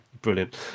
brilliant